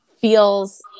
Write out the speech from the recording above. feels